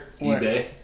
eBay